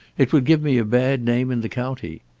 it would give me a bad name in the county.